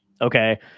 Okay